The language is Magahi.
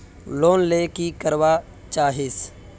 लोन ले की करवा चाहीस?